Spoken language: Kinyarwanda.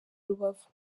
rubavu